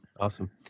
awesome